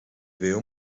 veo